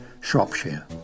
Shropshire